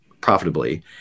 profitably